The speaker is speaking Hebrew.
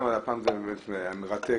אבל הפעם זה באמת היה מרתק.